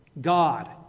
God